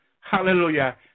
Hallelujah